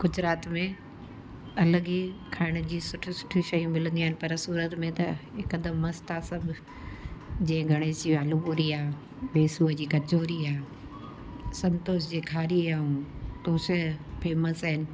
गुजरात में अलॻि ई खाइण जी सुठी सुठी शयूं मिलंदियूं आहिनि पर सूरत में त हिकदमि मस्तु आहे सभ जे गणेश जी आलू पूरी आहे वेसुअ जी कचोरी आहे संतोष जी खारी ऐं तोश फेमस आहिनि